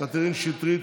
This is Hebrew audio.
קטרין שטרית,